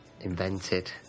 invented